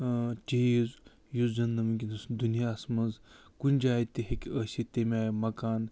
چیٖز یُس زَنہٕ نہٕ ؤنکیٚنَس دُنیاہَس منٛز کُنہِ جایہِ تہِ ہٮ۪کہِ ٲسِتھ تٔمۍ آیہِ مکان